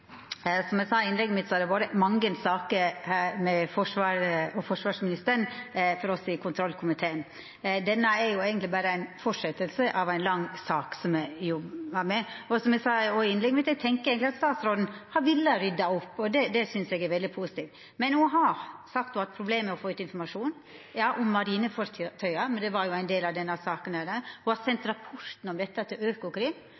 Som eg sa i innlegget mitt, har det vore mange saker med Forsvaret og forsvarsministeren for oss i kontrollkomiteen. Denne saka er eigentleg berre ei fortsetjing av ei lang sak som me jobbar med. Som eg òg eg sa i innlegget mitt: Eg tenkjer at statsråden har villa rydda opp, og det synest eg er veldig positivt. Ho har sagt at ho har hatt problem med å få ut informasjon om marinefartøya, men det var jo òg ein del av denne saka. Ho har sendt